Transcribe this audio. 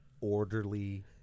orderly